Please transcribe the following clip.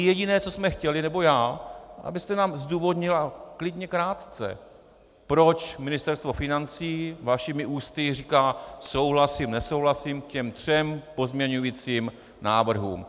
Jediné co jsme chtěli, nebo já, abyste nám zdůvodnil, a klidně krátce, proč Ministerstvo financí vašimi ústy říká, souhlasím nesouhlasím k těm třem pozměňovacím návrhům.